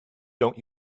don’t